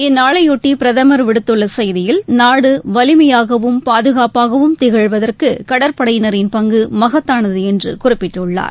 இந்நாளைபொட்டி பிரதமர் விடுத்துள்ள செய்தியில் நாடு வலிமையாகவும் பாதுகாப்பாகவும் திகழ்வதற்கு கடற்படையினரின் பங்கு மகத்தானது என்று குறிப்பிட்டுள்ளார்